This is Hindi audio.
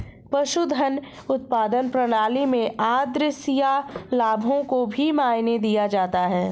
पशुधन उत्पादन प्रणाली में आद्रशिया लाभों को भी मायने दिया जाता है